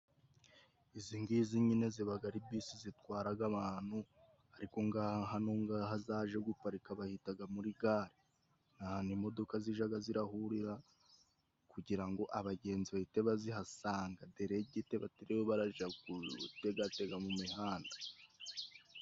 Izi ngizi nyine zibaga ari bisi zitwaraga abantu ariko ngaha hano ngaha zaje guparika, bahitaga muri gare ahantu imodoka zijaga zirahurira kugira ngo abagenzi bahite bazihasanga deregite batiriwe baraja gutegatega mu mihanda.